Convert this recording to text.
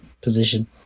position